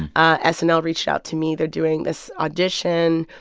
ah snl reached out to me. they're doing this audition.